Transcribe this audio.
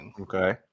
Okay